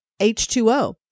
H2O